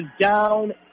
down